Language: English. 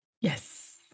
Yes